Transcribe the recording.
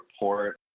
report